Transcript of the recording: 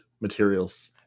materials